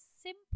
simple